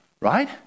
Right